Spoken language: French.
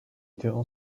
terrain